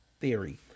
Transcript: theory